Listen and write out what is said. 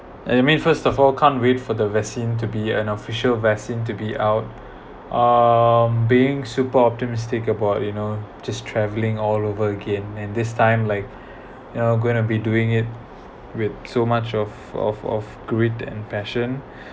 and I mean first of all can't wait for the vaccine to be an official vaccine to be out um being super optimistic about you know just travelling all over again and this time like you know going to be doing it with so much of of of greed and passion